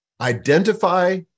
identify